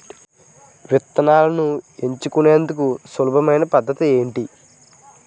విత్తనాలను ఎంచుకునేందుకు సులభమైన పద్ధతులు ఏంటి?